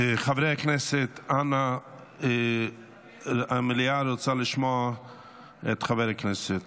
חברי הכנסת, אנא, המליאה רוצה לשמוע את חבר הכנסת.